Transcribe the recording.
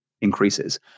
increases